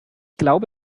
glaube